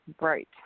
Right